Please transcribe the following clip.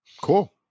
Cool